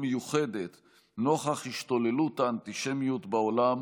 מיוחדת נוכח השתוללות האנטישמיות בעולם,